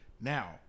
Now